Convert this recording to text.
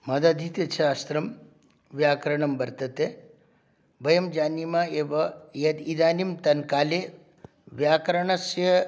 मदधीतच्छास्त्रं व्याकरणं वर्तते वयं जानीमः एव यद् इदानीन्तनकाले व्याकरणस्य